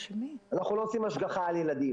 אנחנו לא עושים השגחה על ילדים,